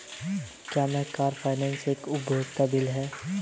क्या car finance एक उपयोगिता बिल है?